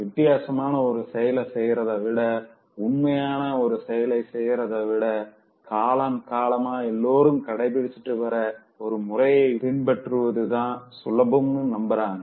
வித்தியாசமான ஒரு செயல செய்றத விட உண்மையான ஒரு செயல செய்றத விட காலம் காலமா எல்லாரும் கடைப்பிடிச்சிட்டு வர ஒரு முறைய பின்பற்றுவதுதா சுலபம்னு நம்புறாங்க